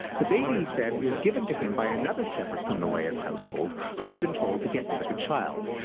the baby, he said, was given to him by another shepherd from the laius household, who had been told to get rid of the child.